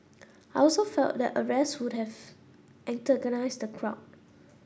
I also felt that arrests would have antagonise the crowd